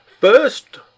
First